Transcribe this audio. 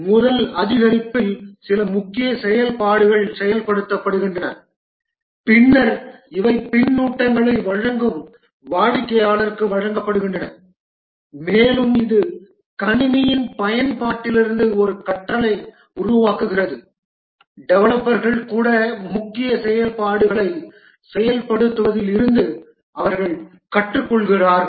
முதல் அதிகரிப்பில் சில முக்கிய செயல்பாடுகள் செயல்படுத்தப்படுகின்றன பின்னர் இவை பின்னூட்டங்களை வழங்கும் வாடிக்கையாளருக்கு வழங்கப்படுகின்றன மேலும் இது கணினியின் பயன்பாட்டிலிருந்து ஒரு கற்றலை உருவாக்குகிறது டெவலப்பர்கள் கூட முக்கிய செயல்பாடுகளை செயல்படுத்துவதில் இருந்து அவர்கள் கற்றுக்கொள்கிறார்கள்